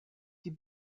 die